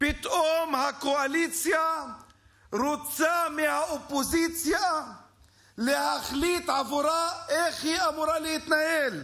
פתאום הקואליציה רוצה להחליט עבור האופוזיציה איך להתנהל.